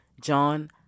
John